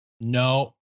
no